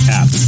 app